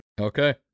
Okay